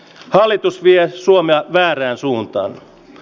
hallitus vie suomea väärään suuntaan